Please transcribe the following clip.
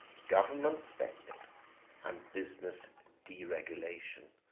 government spending and business deregulation,